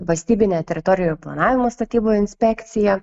valstybinę teritorijų planavimo statybų inspekciją